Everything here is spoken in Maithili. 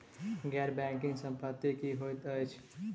गैर बैंकिंग संपति की होइत छैक?